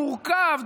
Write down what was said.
מורכב,